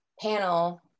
panel